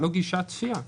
לא גישה אלא צפייה.